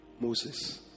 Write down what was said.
Moses